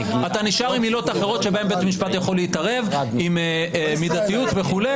אתה נשאר עם עילות אחרות שבהן בית המשפט יכול להתערב עם מידתיות וכו'.